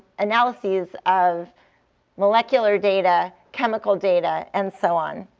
analyses of molecular data, chemical data, and so on.